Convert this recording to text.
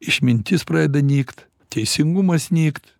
išmintis pradeda nykt teisingumas nykt